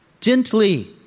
gently